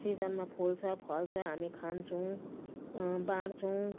सिजनमा फुल्छ फल्छ हामी खान्छौँ बाँड्छौँ